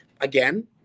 again